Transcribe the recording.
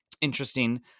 interesting